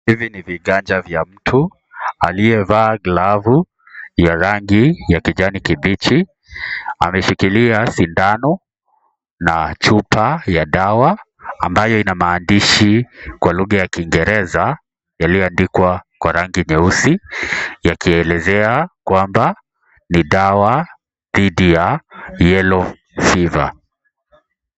Hivi ni viganja vya mtu, aliye vaa glavu ya rangi ya kijani kibichi, ameshikilia sindano na chupa ya dawa, ambayo ina maandishi kwa lugha ya kiingereza yaliyoandikwa kwa rangi nyeusi, yakielezea, kwamba ni dawa thidi ya (cs)yellow fever(cs).